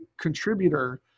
contributor